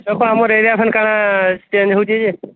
ଏବେ ଆମର ଏରିଆମାନଙ୍କରେ ଚେଞ୍ଜ୍ ହେଉଛି ଯେ